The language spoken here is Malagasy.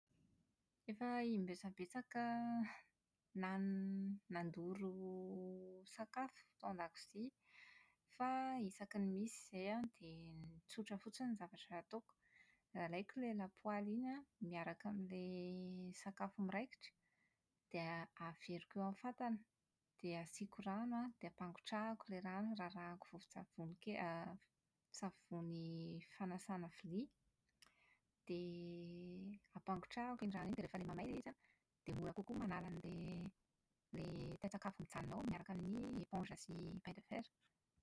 Efa imbetsabetsaka nan- nandoro sakafo tao an-dakozia fa isaky ny misy izay an dia tsotra fotsiny ny zavatra ataoko: alaiko ilay lapoaly iny an miaraka amin'ilay sakafo miraikitra dia a- averiko eo amin'ny fatana dia asiako rano an dia ampangotrahako ilay rano. Rarahako vovontsavony ke- > savony fanasana vilia dia ampangotrahako ilay rano iny an, dia rehefa ilay mamay ilay izy an dia mora kokoa ny manala an'ilay ilay tain-tsakafo mijanona ao miaraka amin'ny éponge sy paille de fer.